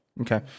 Okay